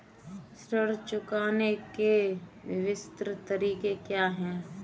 ऋण चुकाने के विभिन्न तरीके क्या हैं?